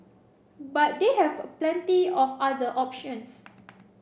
but they have plenty of other options